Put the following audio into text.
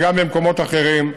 וגם במקומות אחרים,